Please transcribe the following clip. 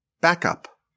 backup